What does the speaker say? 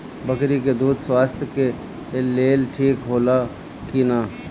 बकरी के दूध स्वास्थ्य के लेल ठीक होला कि ना?